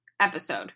episode